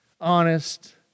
honest